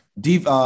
Deep